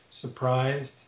surprised